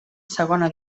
segona